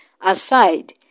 aside